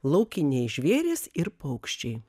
laukiniai žvėrys ir paukščiai